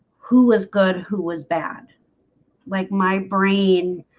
who was good who was bad like my brain